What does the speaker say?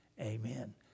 amen